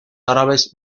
árabes